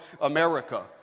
America